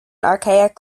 archaic